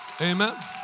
Amen